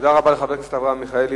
תודה רבה לחבר הכנסת אברהם מיכאלי.